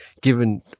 given